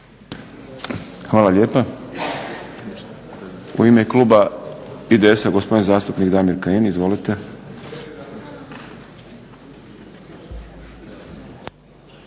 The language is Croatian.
Hvala lijepa. U ime Kluba IDS-a gospodin zastupnik Damir Kajin. Izvolite.